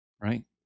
right